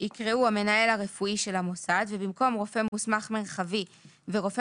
יקראו "המנהל הרפואי של המוסד" ובמקום "רופא מוסמך מרחבי" ו"רופא